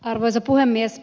arvoisa puhemies